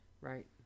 Right